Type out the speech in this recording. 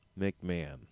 McMahon